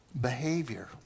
behavior